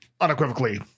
unequivocally